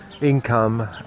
income